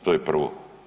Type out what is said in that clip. To je prvo.